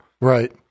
Right